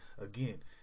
again